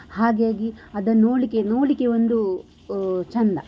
ಹಾಗಾಗಿ ಅದನ್ನು ನೋಡ್ಲಿಕ್ಕೆ ನೋಡಲಿಕ್ಕೆ ಒಂದು ಚಂದ